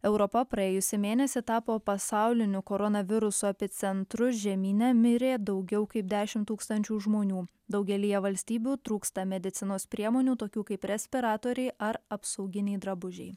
europa praėjusį mėnesį tapo pasauliniu koronaviruso epicentru žemyne mirė daugiau kaip dešim tūkstančių žmonių daugelyje valstybių trūksta medicinos priemonių tokių kaip respiratoriai ar apsauginiai drabužiai